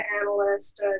analyst